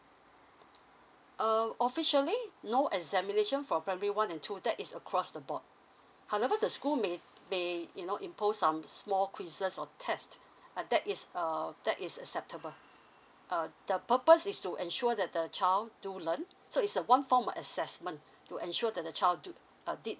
uh officially no examination for primary one and two that is across the board however the school may may you know impose some small quizzes or test uh that is uh that is acceptable uh the purpose is to ensure that the child do learn so it's a one form of assessment to ensure that the child do uh did